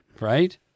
right